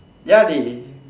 ya dey